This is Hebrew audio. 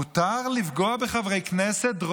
מותר לפגוע בחברי כנסת?